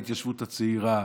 ההתיישבות הצעירה,